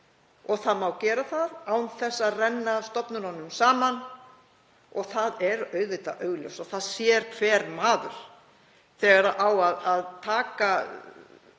og það má gera án þess að renna stofnununum saman. Það er auðvitað augljóst, og það sér hver maður, að þegar á að